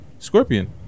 Scorpion